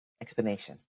explanation